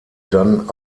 dann